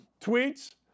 tweets